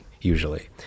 usually